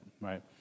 right